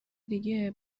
دیگه